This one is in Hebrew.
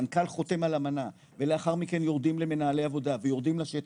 המנכ"ל חותם על אמנה ולאחר מכן יורדים למנהלי עבודה ויורדים לשטח,